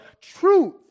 truth